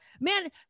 Man